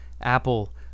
apple